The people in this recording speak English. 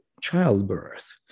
childbirth